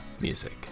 Music